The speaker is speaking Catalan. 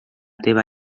teva